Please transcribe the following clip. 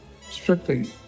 strictly